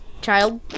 child